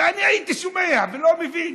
ואני הייתי שומע ולא מבין.